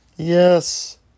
Yes